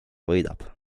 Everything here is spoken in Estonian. võidab